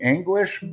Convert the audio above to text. English